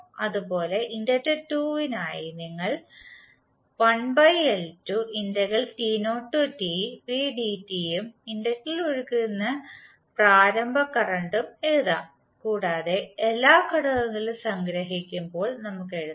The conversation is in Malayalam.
അതുപോലെ ഇൻഡക്റ്റർ 2 നായി ഞങ്ങൾ ഉം ഇൻഡക്ടറിൽ ഒഴുകുന്ന പ്രാരംഭ കറന്റും എഴുതാം കൂടാതെ എല്ലാ ഘടകങ്ങളും സംഗ്രഹിക്കുമ്പോൾ നമുക്ക് എഴുതാം